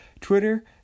Twitter